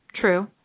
True